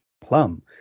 plum